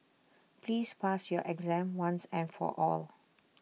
please pass your exam once and for all